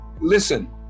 listen